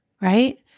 right